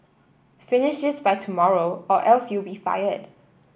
finish this by tomorrow or else you'll be fired